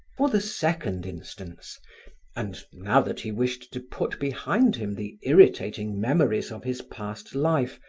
for the second instance and now that he wished to put behind him the irritating memories of his past life,